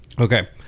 Okay